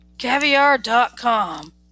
Caviar.com